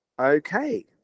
okay